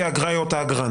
כי האגרה היא אותה אגרה,